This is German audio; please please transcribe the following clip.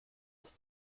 ist